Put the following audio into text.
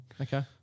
Okay